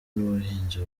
n’ubuhinzi